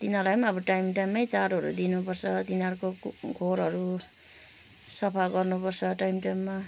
तिनीहरूलाई पनि अब टाइम टाइममै चारोहरू दिनु पर्छ तिनीहरूको खोरहरू सफा गर्नु पर्छ टाइम टाइममा